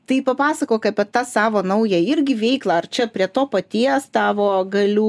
tai papasakok apie tą savo naują irgi veiklą ar čia prie to paties tavo galiu